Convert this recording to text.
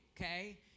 okay